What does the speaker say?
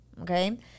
Okay